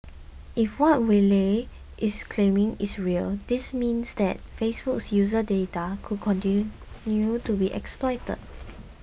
if what Wylie is claiming is real this means that Facebook's user data could continue to be exploited